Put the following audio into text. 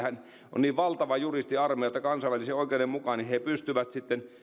on niin valtava juristiarmeija että kansainvälisen oikeuden mukaan he pystyvät sitten